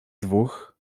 dwóch